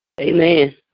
Amen